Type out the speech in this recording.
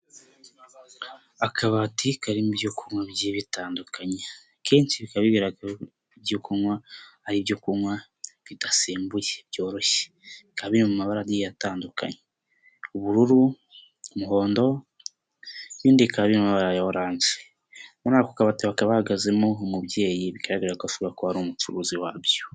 Akabati karimo ibyoywabyi bitandukanye. Kenshi bikaba bigaraga ko ari ibyo kunywa bidasembuye byoroshye bikaba biri mu mabara igiye atandukanye ubururu, umuhondo, ibindi bikaba biri mu mabara ya orange. Muri ako kabatiba hahagazemo umubyeyi, bigaragara ko ashobora kuba ari umucuruzi wabyo.